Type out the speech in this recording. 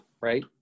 right